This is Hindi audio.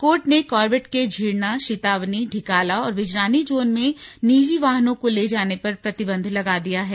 कोर्ट ने कॉर्बेट के झीरना शीतावनी ढिकाला और बिजरानी जोन में निजी वाहनों को ले जाने पर प्रतिबंध लगा दिया है